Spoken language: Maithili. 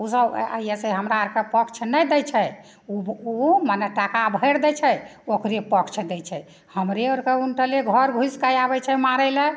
ओसब आइ एतै हमरा आरके पक्ष नहि दै छै ओहो ओहो मने टाका भैरि दै छै ओकरे पक्ष दै छै हमरे आरके उनटले घर घुसिके आबै छै मारै लए